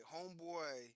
Homeboy